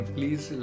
Please